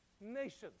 nations